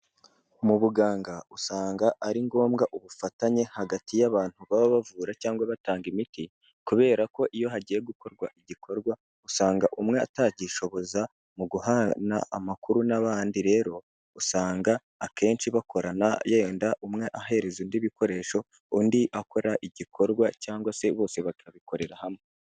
Mu buganga, usanga ari ngombwa ubufatanye hagati y'abantu baba bavura cyangwa batanga imiti kubera ko iyo hagiye gukorwa igikorwa, usanga umwe atagishoboza mu guhana amakuru n'abandi rero, usanga akenshi bakorana yenda umwe ahereza undi bikoresho, undi akora igikorwa cyangwa se bose bakabikorera hamwe.